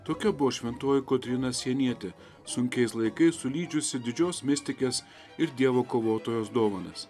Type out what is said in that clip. tokia buvo šventoji kotryna sienietė sunkiais laikais sulydžiusi didžios mistikės ir dievo kovotojos dovanas